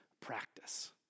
practice